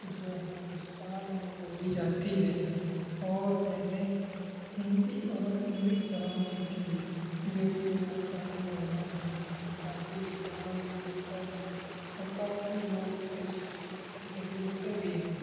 جو ہندوستان میں بولی جاتی ہے اور میں نے ہندی اور انگلش زبان سیکھی ہے جوکہ علاقائی زبان ہے کافی استعمال بھی ہوتا ہے اور کافی لوگ اسے اسے سیکھتے بھی ہیں